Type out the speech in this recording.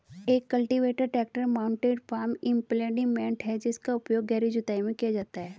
एक cultivator tractor mounted farm implement है जिसका उपयोग गहरी जुताई में किया जाता है